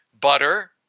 butter